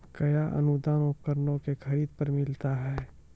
कया अनुदान उपकरणों के खरीद पर मिलता है?